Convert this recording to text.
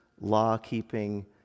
law-keeping